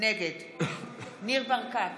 נגד ניר ברקת,